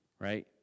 Right